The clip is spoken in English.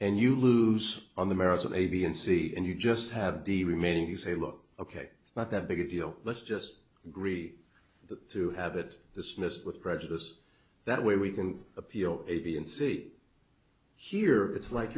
and you lose on the merits of a b and c and you just have the remaining say look ok it's not that big a deal let's just agree that to have it dismissed with prejudice that way we can appeal it and see here it's like